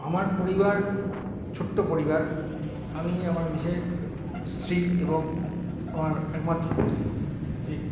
আমার পরিবার ছোট্টো পরিবার আমি আমার নিজের স্ত্রী এবং আমার একমাত্র পুত্র যে